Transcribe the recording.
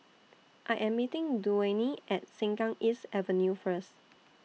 I Am meeting Duane At Sengkang East Avenue First